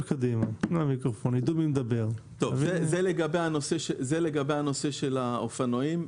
זה לגבי האופנועים,